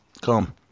Come